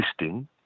listing